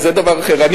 זה דבר אחר.